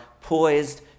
poised